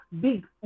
big